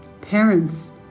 parents